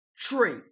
tree